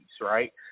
right